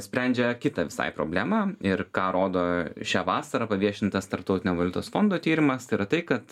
sprendžia kitą visai problemą ir ką rodo šią vasarą paviešintas tarptautinio valiutos fondo tyrimas tai yra tai kad